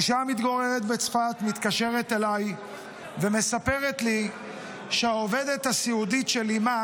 אישה המתגוררת בצפת מתקשרת אליי ומספרת לי שהעובדת הסיעודית של אימה